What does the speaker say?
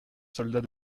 soldat